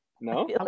No